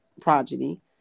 progeny